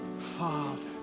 father